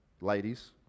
ladies